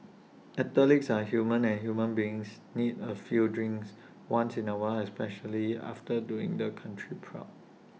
athletes are human and human beings need A few drinks once in A while especially after doing the country proud